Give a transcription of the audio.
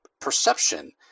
perception